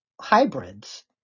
hybrids